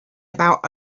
about